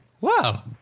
Wow